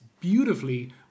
beautifully